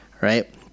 Right